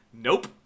nope